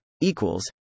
equals